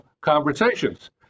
conversations